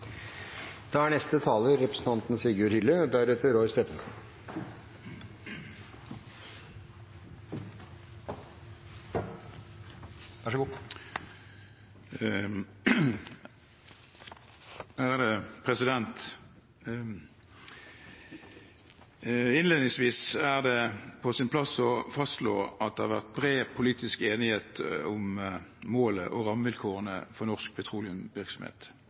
Innledningsvis er det på sin plass å fastslå at det har vært bred politisk enighet om målet og rammevilkårene for norsk